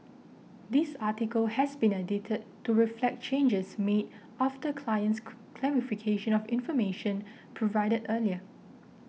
this article has been edited to reflect changes made after client's clarification of information provided earlier